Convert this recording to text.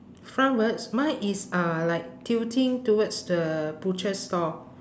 frontwards mine is uh like tilting towards the butcher store